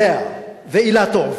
ליה ואילטוב,